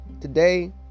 today